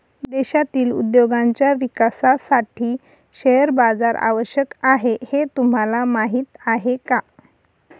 देशातील उद्योगांच्या विकासासाठी शेअर बाजार आवश्यक आहे हे तुम्हाला माहीत आहे का?